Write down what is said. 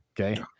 Okay